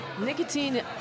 Nicotine